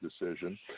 decision